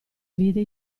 vide